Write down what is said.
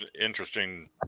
interesting